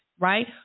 right